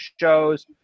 shows